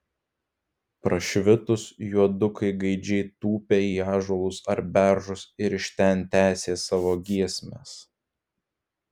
prašvitus juodukai gaidžiai tūpė į ąžuolus ar beržus ir iš ten tęsė savo giesmes